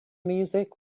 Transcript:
music